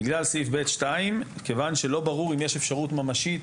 בגלל סעיף ב(2) כיוון שלא ברור אם יש אפשרות ממשית